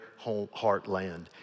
heartland